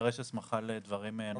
שתידרש הסמכה לדברים נוספים.